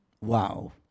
Wow